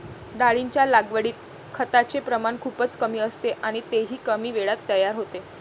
डाळींच्या लागवडीत खताचे प्रमाण खूपच कमी असते आणि तेही कमी वेळात तयार होते